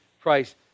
Christ